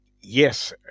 yes